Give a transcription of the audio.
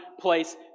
place